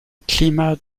climat